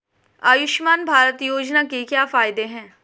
आयुष्मान भारत योजना के क्या फायदे हैं?